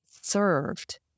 served